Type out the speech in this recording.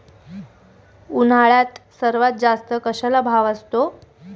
उन्हाळ्यात सर्वात जास्त कशाला भाव असतो?